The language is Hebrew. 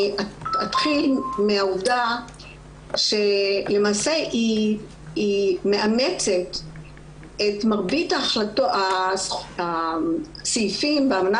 אתחיל מהעובדה שלמעשה היא מאמצת את מרבית הסעיפים מהאמנה